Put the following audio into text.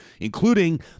including